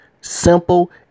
simple